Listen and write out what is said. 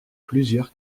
plusieurs